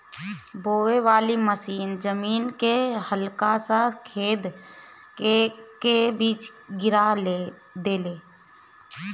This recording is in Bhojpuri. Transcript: बोवे वाली मशीन जमीन में हल्का सा छेद क के बीज गिरा देले